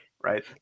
right